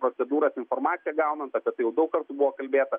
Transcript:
procedūras informaciją gaunant apie tai jau daug kartų buvo kalbėta